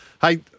Hey